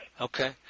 Okay